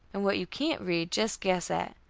and what you can't read, just guess at.